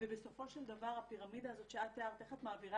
ובסופו של דבר הפירמידה הזאת שאת תיארת איך את מעבירה